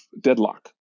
deadlock